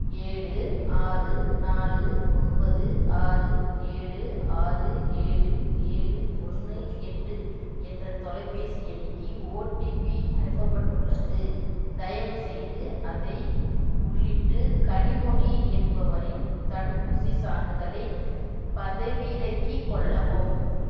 ஏழு ஆறு நாலு ஒன்பது ஆறு ஏழு ஆறு ஏழு ஏழு ஒன்று எட்டு என்ற தொலைபேசி எண்ணுக்கு ஓடிபி அனுப்பப்பட்டுள்ளது தயவுசெய்து அதை உள்ளிட்டு கனிமொழி என்பவரின் தடுப்பூசிச் சான்றிதழைப் பதிவிறக்கி கொள்ளவும்